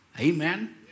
Amen